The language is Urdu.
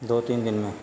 دو تین دن میں